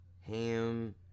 Ham